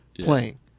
playing